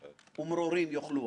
התגובה שלנו היא עניינית.